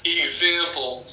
example